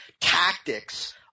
tactics